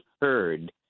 heard